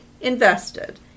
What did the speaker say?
invested